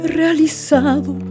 realizado